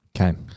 Okay